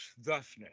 thusness